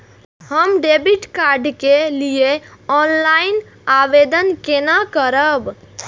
हम debit card के लिए ऑनलाइन आवेदन केना करब?